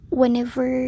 whenever